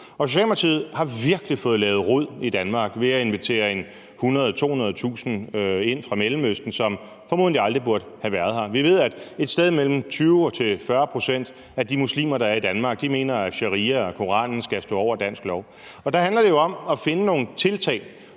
Socialdemokratiet har virkelig fået lavet rod i Danmark ved at invitere 100.000-200.000 personer fra Mellemøsten ind, som formodentlig aldrig burde have været her. Vi ved, at et sted mellem 20 og 40 pct. af de muslimer, der er i Danmark, mener, at sharia og Koranen skal stå over dansk lov. Der handler det jo om at finde nogle tiltag,